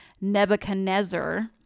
Nebuchadnezzar